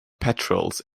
patrols